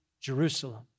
Jerusalem